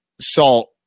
salt